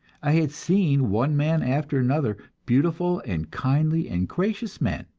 i had seen one man after another, beautiful and kindly and gracious men,